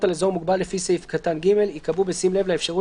על אזור מוגבל לפי סעיף קטן (ג) ייקבעו בשים לב לאפשרות